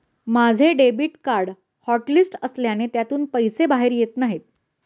माझे debit card hotlist असल्याने त्यातून पैसे बाहेर येत नाही